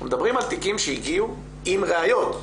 אנחנו מדברים על תיקים שהגיעו עם ראיות.